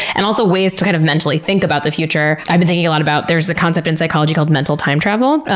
and also ways to kind of mentally think about the future. i've been a lot about, there's a concept in psychology called mental time travel,